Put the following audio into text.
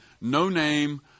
no-name